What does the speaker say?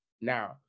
Now